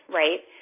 right